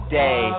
day